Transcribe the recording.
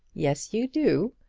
yes, you do.